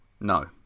No